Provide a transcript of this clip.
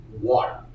water